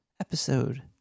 episode